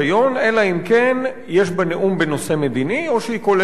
אלא אם כן יש בה נאום בנושא מדיני או שהיא כוללת צעדה.